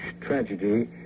tragedy